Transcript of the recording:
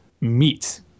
meat